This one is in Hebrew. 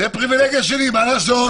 זו הפריבילגיה שלי, מה לעשות.